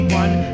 one